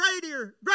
greater